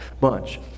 bunch